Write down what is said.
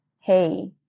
hey